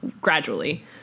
gradually